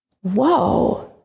Whoa